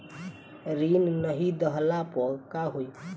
ऋण नही दहला पर का होइ?